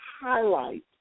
highlight